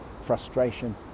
frustration